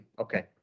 Okay